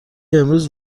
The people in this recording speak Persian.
امروز